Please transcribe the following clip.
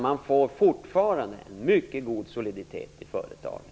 Man har fortfarande en mycket god soliditet i företaget.